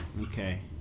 okay